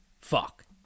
fuck